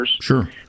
Sure